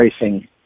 racing